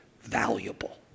valuable